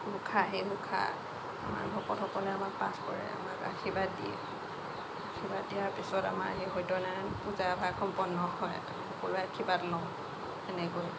ঘোষা সেই ঘোষা আমাৰ ভকতসকলে আমাক পাঠ কৰে আমাক আৰ্শীবাদ দিয়ে আৰ্শীবাদ দিয়াৰ পিছত আমাৰ সেই সত্যনাৰায়ণ পূজাভাগ সম্পন্ন হয় সকলোৱে আৰ্শীবাদ লওঁ সেনেকৈ